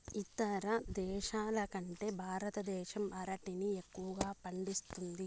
ఇతర దేశాల కంటే భారతదేశం అరటిని ఎక్కువగా పండిస్తుంది